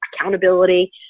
Accountability